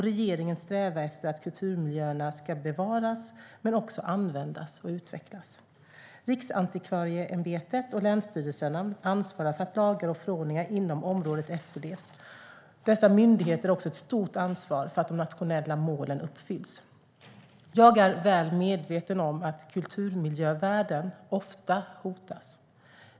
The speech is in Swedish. Regeringen strävar efter att kulturmiljöerna ska bevaras men också användas och utvecklas. Riksantikvarieämbetet och länsstyrelserna ansvarar för att lagar och förordningar inom området efterlevs. Dessa myndigheter har också ett stort ansvar för att de nationella målen uppfylls. Jag är väl medveten om att kulturmiljövärden ofta hotas.